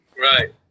Right